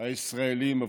הישראלים הוותיקים.